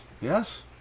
yes